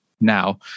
now